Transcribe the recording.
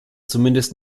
zumindest